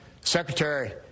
Secretary